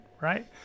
Right